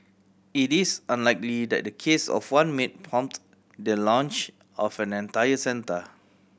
it is unlikely that the case of one maid prompt the launch of an entire centre